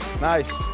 Nice